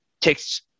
text